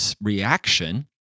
reaction